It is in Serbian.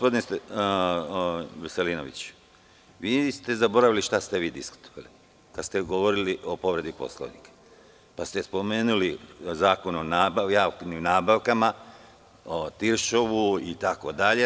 Gospodine Veselinoviću, vi ste zaboravili šta ste vi diskutovali kad ste govorili o povredi Poslovnika, pa ste spomenuli Zakon o javnim nabavkama, Tiršovu, itd.